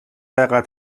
байгаа